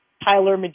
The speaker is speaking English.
Tyler